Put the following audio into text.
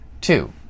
Two